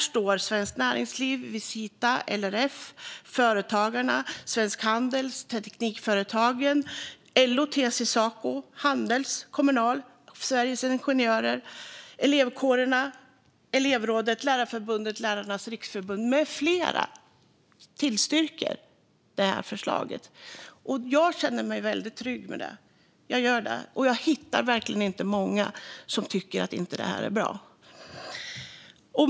Svenskt Näringsliv, Visita, LRF, Företagarna, Svensk Handel, Teknikföretagen, LO, TCO, Saco, Handels, Kommunal, Sveriges Ingenjörer, elevkårerna, elevråden, Lärarförbundet, Lärarnas Riksförbund med flera tillstyrker förslaget. Jag känner mig väldigt trygg med det. Jag hittar verkligen inte många som tycker att det här inte är bra.